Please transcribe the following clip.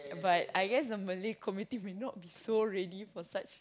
but I guess the Malay community will not be ready for such